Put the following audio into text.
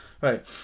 Right